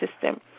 system